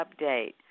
update